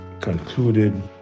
concluded